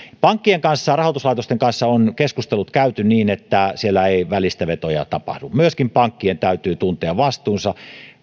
pankkien kanssa rahoituslaitosten kanssa on keskustelut käyty niin että siellä ei välistävetoja tapahdu myöskin pankkien täytyy tuntea vastuunsa